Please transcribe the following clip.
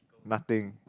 nothing